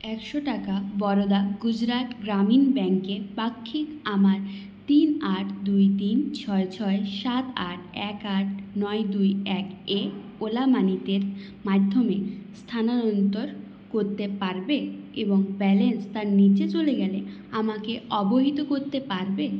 একশো টাকা বরোদা গুজরাট গ্রামীণ ব্যাঙ্কে পাক্ষিক আমার তিন আট দুই তিন ছয় ছয় সাত আট এক আট নয় দুই এক এ ওলা মানিতে মাধ্যমে স্থানান্তর করতে পারবে এবং ব্যালেন্স তার নিচে চলে গেলে আমাকে অবহিত করতে পারবে